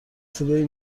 صدای